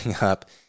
up